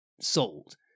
sold